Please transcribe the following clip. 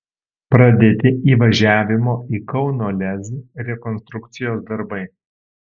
pradėti įvažiavimo į kauno lez rekonstrukcijos darbai